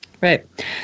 Right